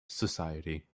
society